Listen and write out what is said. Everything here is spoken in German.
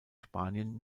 spanien